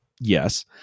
Yes